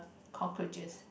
cockroaches